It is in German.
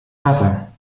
wasser